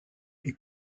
est